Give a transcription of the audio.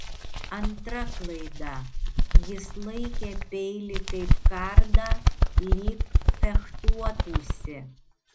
antra klaida jis laikė peilį kaip kardą lyg fechtuotųsi